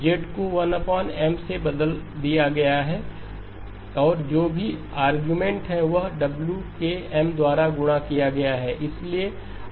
Z को Z1M से बदल दिया गया है और जो भी आरगुमेन्ट है वह WkM द्वारा गुणा किया गया है